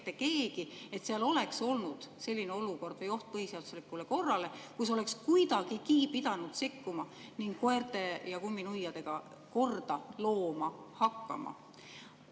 mitte keegi, et seal oleks olnud selline olukord või oht põhiseaduslikule korrale, et oleks kuidagigi pidanud sekkuma ning koerte ja kumminuiadega korda looma hakkama.